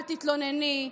אל תתלונני,